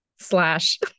slash